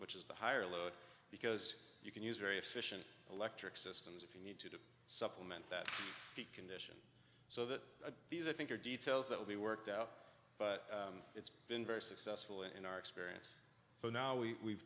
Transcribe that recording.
which is the higher load because you can use very efficient electric systems if you need to supplement that condition so that these i think are details that will be worked out but it's been very successful in our experience but now we